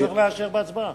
צריך לאשר בהצבעה.